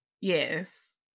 Yes